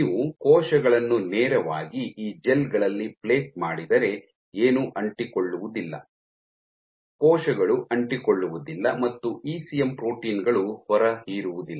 ನೀವು ಕೋಶಗಳನ್ನು ನೇರವಾಗಿ ಈ ಜೆಲ್ ಗಳಲ್ಲಿ ಪ್ಲೇಟ್ ಮಾಡಿದರೆ ಏನೂ ಅಂಟಿಕೊಳ್ಳುವುದಿಲ್ಲ ಕೋಶಗಳು ಅಂಟಿಕೊಳ್ಳುವುದಿಲ್ಲ ಮತ್ತು ಇಸಿಎಂ ಪ್ರೋಟೀನ್ ಗಳು ಹೊರಹೀರುವುದಿಲ್ಲ